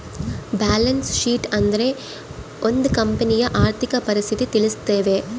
balance sheet ಅಂದ್ರೆ ಒಂದ್ ಕಂಪನಿಯ ಆರ್ಥಿಕ ಪರಿಸ್ಥಿತಿ ತಿಳಿಸ್ತವೆ